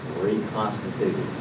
reconstituted